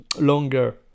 longer